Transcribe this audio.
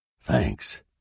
Thanks